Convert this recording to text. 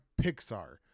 Pixar